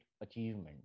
achievement